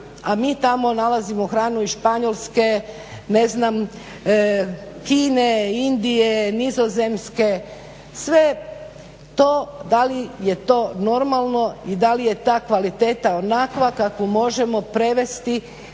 a mi tamo nalazimo hranu iz Španjolske, ne znam, Kine, Indije, Nizozemske, da li je to normalno i da li je ta kvaliteta onakva kakvu možemo prevesti